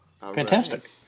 Fantastic